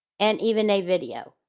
and even a video.